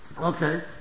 Okay